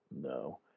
No